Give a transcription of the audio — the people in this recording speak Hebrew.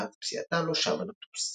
מאז פציעתה לא שבה לטוס.